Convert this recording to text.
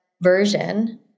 version